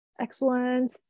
excellent